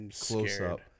close-up